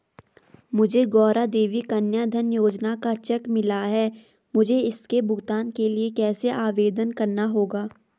मुझे गौरा देवी कन्या धन योजना का चेक मिला है मुझे इसके भुगतान के लिए कैसे आवेदन करना होगा?